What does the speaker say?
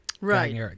Right